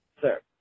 sir